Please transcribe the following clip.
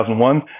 2001